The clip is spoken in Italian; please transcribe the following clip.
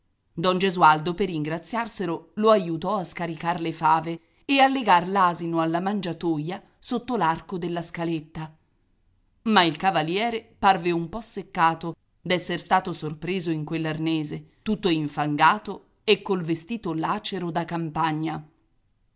don gesualdo per ingraziarselo lo aiutò a scaricar le fave e a legar l'asino alla mangiatoia sotto l'arco della scaletta ma il cavaliere parve un po seccato d'esser stato sorpreso in quell'arnese tutto infangato e col vestito lacero da campagna